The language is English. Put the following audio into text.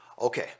Okay